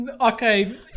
okay